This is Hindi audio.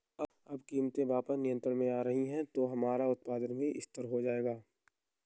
अब कीमतें वापस नियंत्रण में आ रही हैं तो हमारा उत्पादन भी स्थिर हो जाएगा